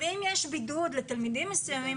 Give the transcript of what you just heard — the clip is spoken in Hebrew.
אם יש בידוד לתלמידים מסוימים,